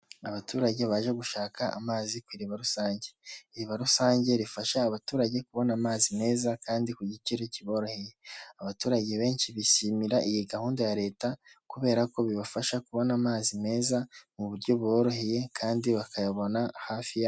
Abaturage baje gushaka amazi ku iriba rusange, iriba rusange rifasha abaturage kubona amazi meza kandi ku giciro kiboroheye, abaturage benshi bishimira iyi gahunda ya leta, kubera ko bibafasha kubona amazi meza mu buryo buboroheye, kandi bakayabona hafi yabo.